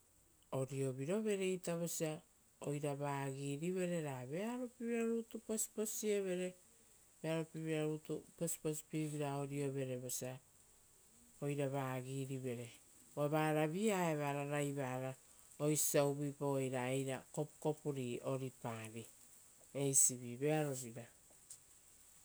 Oriovirovereita vosia oira vagi rivere ra vearopievira rutu posiposievere vosia oira vagirivere. Uva varavi-ia evara raivara oisio osia uvuipauei ra eira kopukopuri oripari, eisivi-vearovira.